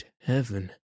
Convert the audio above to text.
heaven